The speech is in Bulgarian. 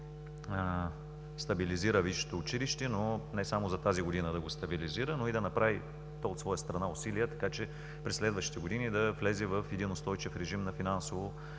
стабилизира висшето училище, но не само за тази година да го стабилизира, но и да направи то от своя страна усилие, така че през следващите години да влезе в един устойчив режим на финансово